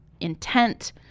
intent